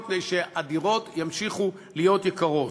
מפני שהדירות ימשיכו להיות יקרות.